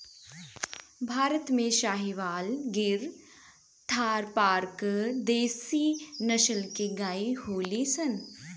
भारत में साहीवाल, गिर, थारपारकर देशी नसल के गाई होलि सन